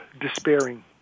despairing